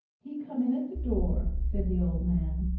he come in at the door, said the old man,